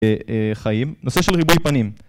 חיים. נושא של ריבוי פנים.